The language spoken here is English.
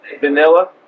Vanilla